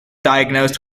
diagnosed